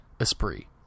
Esprit